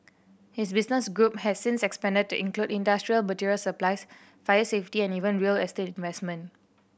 his business group has since expanded to include industrial material supplies fire safety and even real estate investment